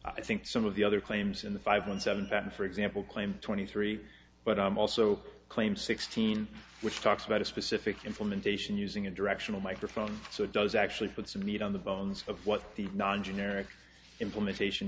i think some of the other claims in the five and seven patent for example claim twenty three but i'm also claim sixteen which talks about a specific implementation using a directional microphone so it does actually put some meat on the bones of what the non generic implementation